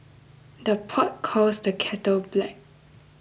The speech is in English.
the pot calls the kettle black